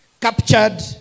captured